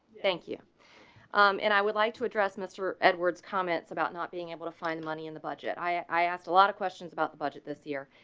thank you. um and i would like to address mr edwards comments about not being able to find money in the budget. i. i asked a lot of questions about the budget. this year,